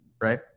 right